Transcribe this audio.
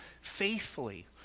faithfully